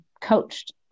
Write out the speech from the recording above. coached